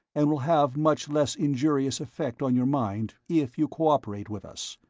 and will have much less injurious effect on your mind if you cooperate with us.